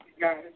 guys